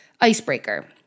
icebreaker